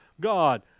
God